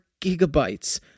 gigabytes